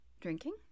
Drinking